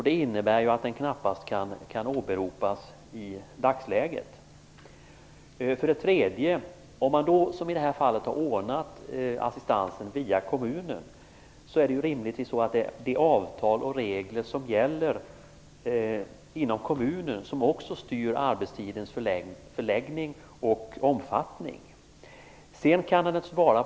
Det innebär att den knappast kan åberopas i dagsläget. Om man har ordnat assistansen via kommunen, skall rimligtvis det avtal och de regler som gäller inom kommunen, som också styr arbetstidens förläggning och omfattning, gälla.